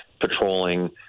patrolling